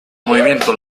movimiento